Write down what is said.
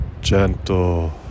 gentle